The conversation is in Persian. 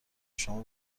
شما